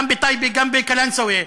גם בטייבה וגם בקלנסואה,